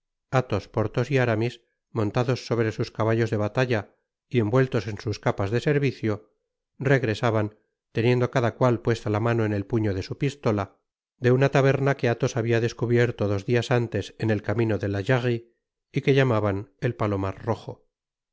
athos porthos y aramis montados sobre sus caballos de batalla y envueltos en sns capas de servicio regresaban teniendo cada cual puesta la mano en el puño de su pistola de una taberna que athos habia descubierto dos dias antes en el camino de la jarrie y que llamaban el palomar rojo